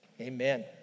amen